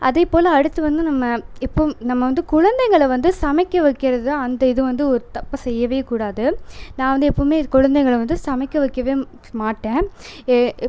அதே போல் அடுத்து வந்து நம்ம இப்போம் நம்ம வந்து குழைந்தைங்களை வந்து சமைக்க வைக்கிறது தான் அந்த இது வந்து ஒரு தப்பை செய்யவே கூடாது நான் வந்து எப்போவுமே குழந்தைங்களை வந்து சமைக்க வைக்கவே மாட்டேன் இப்